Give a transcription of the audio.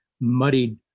muddied